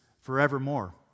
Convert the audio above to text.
forevermore